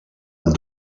amb